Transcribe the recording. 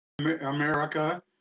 America